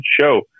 show